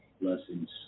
blessings